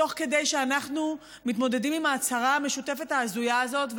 תוך כדי שאנחנו מתמודדים עם ההצהרה המשותפת ההזויה הזאת.